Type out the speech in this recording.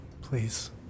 Please